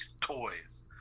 toys